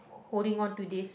holding onto this